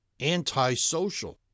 antisocial